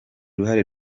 uruhare